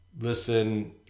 listen